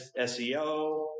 SEO